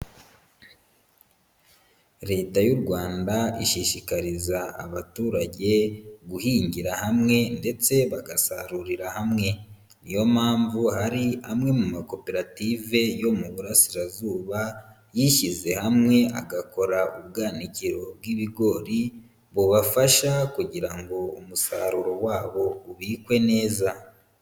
Leta y'u Rwanda ishishikariza abaturage guhingira hamwe ndetse bagasarurira hamwe, niyo mpamvu hari amwe mu makoperative yo mu burasirazuba yishyize hamwe agakora ubwanagiro bw'ibigori bubafasha kugira ngo umusaruro wabo ubikwe neza.